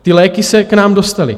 Ty léky se k nám dostaly.